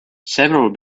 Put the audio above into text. several